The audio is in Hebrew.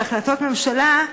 בהחלטות ממשלה,